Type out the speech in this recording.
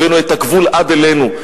הבאנו את הגבול עד אלינו.